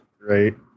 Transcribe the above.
Right